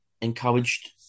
encouraged